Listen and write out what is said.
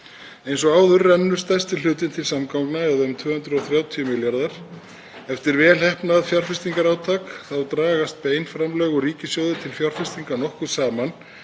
Eins og áður rennur stærsti hlutinn til samgangna eða um 230 milljarðar. Eftir vel heppnað fjárfestingarátak dragast bein framlög úr ríkissjóði til fjárfestinga nokkuð saman